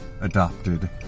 adopted